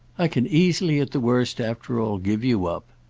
i can easily at the worst, after all, give you up.